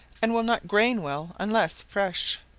and will not grain well unless fresh.